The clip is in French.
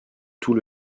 tout